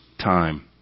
time